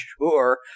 sure